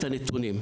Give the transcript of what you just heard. את הנתונים,